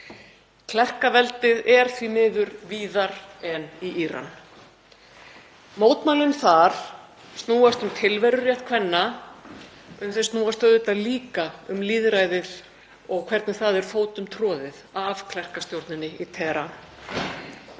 Klerkaveldið er því miður víðar en í Íran. Mótmælin þar snúast um tilverurétt kvenna en þau snúast auðvitað líka um lýðræðið og hvernig það er fótum troðið af klerkastjórninni í Teheran.